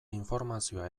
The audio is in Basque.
informazioa